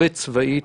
וצבאית